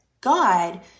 God